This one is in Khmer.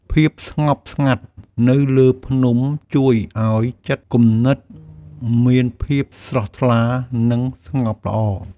ភាពស្ងប់ស្ងាត់នៅលើភ្នំជួយឱ្យចិត្តគំនិតមានភាពស្រស់ថ្លា និងស្ងប់ល្អ។